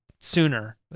sooner